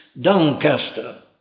Doncaster